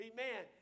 Amen